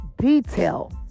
detail